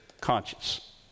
conscience